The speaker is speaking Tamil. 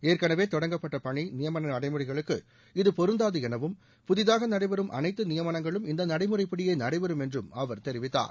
ஏற்கெனவே தொடங்கப்பட்ட பணி நியமன நடைமுறைகளுக்கு இது பொருந்தாது எனவும் புதிதாக நடைபெறும் அனைத்து நியமனங்களும் இந்த நடைமுறைப்படியே நடைபெறும் என்றும் அவர் தெரிவித்தார்